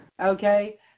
okay